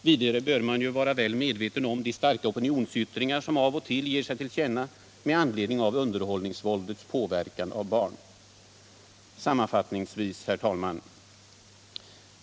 Vidare bör man väl vara medveten om de starka opinionsyttringar som av och till ger sig till känna med anledning av underhållningsvåldets påverkan på barn. Sammanfattningsvis, herr talman!